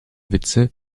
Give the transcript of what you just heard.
witze